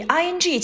ing